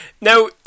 Now